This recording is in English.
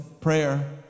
prayer